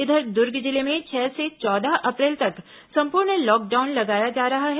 इधर दुर्ग जिले में छह से चौदह अप्रैल तक संपूर्ण लॉकडाउन लगाया जा रहा है